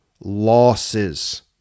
losses